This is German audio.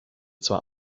zwar